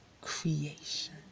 creation